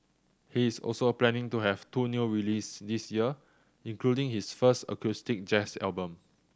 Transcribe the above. he is also planning to have two new releases this year including his first acoustic jazz album